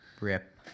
Rip